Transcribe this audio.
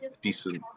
Decent